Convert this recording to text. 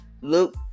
Luke